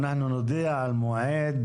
אנחנו נודיע על מועד